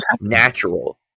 natural